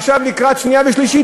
עכשיו לקראת שנייה ושלישית,